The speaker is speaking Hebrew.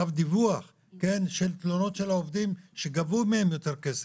קו דיווח של תלונות של העובדים שגבו מהם יותר כסף,